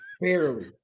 barely